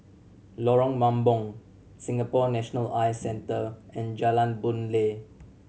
Lorong Mambong Singapore National Eye Centre and Jalan Boon Lay